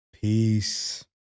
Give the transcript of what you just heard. Peace